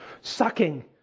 sucking